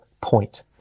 point